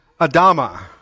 Adama